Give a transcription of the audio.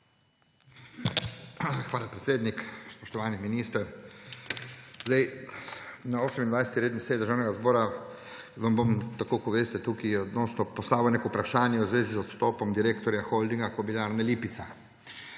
Hvala, predsednik. Spoštovani minister! Na 28. redni seji Državnega zbora vam bom, tako kot veste, tukaj postavil neko vprašanje v zvezi z odstopom direktorja Holdinga Kobilarne Lipica.